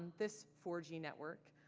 this four g network